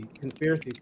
conspiracy